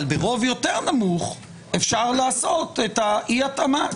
אבל ברוב יותר נמוך אפשר לעשות את אי-ההתאמה.